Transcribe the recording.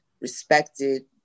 respected